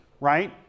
Right